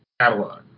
catalog